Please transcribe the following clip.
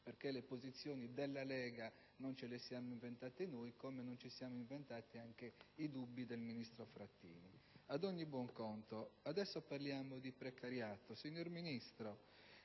perché le posizioni della Lega non ce le siamo inventate noi, come non ci siamo inventati neppure i dubbi del ministro Frattini. Ad ogni buon conto, adesso parliamo di precariato. Signor Ministro,